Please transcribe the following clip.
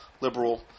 liberal